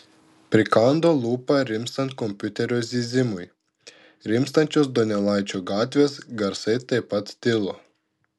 prikando lūpą rimstant kompiuterio zyzimui rimstančios donelaičio gatvės garsai taip pat tilo